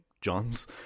johns